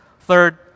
Third